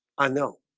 i know